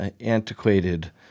antiquated